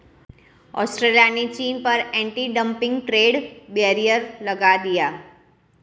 Australia ने चीन पर एंटी डंपिंग ट्रेड बैरियर लगा दिया